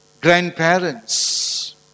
grandparents